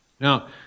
Now